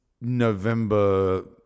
November